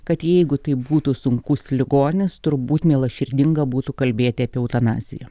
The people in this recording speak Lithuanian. kad jeigu tai būtų sunkus ligonis turbūt mielaširdinga būtų kalbėti apie eutanaziją